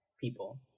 people